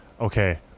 okay